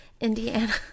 Indiana